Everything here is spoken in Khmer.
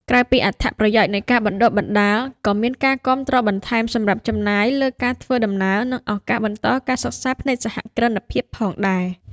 ក្រៅពីអត្ថប្រយោជន៍នៃការបណ្តុះបណ្តាល ក៏មានការគាំទ្របន្ថែមសម្រាប់ចំណាយលើការធ្វើដំណើរនិងឱកាសបន្តការសិក្សាផ្នែកសហគ្រិនភាពផងដែរ។